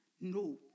No